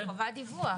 יש חובת דיווח.